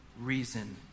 reason